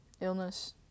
Illness